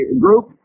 group